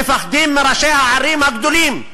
מפחדים מראשי הערים הגדולים,